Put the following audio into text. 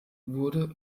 wurde